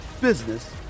business